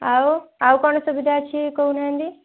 ଆଉ ଆଉ କଣ ସୁବିଧା ଅଛି କହୁନାହାଁନ୍ତି